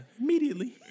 Immediately